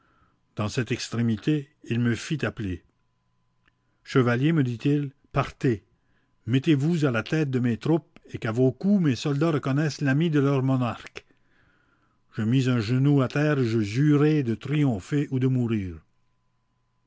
dans cette extrémité il me fit appeler chevalier me dit-il partez mettez vous à la tête de mes troupes et qu'à vos coups mes soldats reconnaissent l'ami de leur monarque je mis un genou à terre et je jurai de triompher ou de mourir